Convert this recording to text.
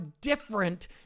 different